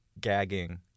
gagging